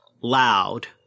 loud